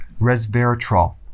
resveratrol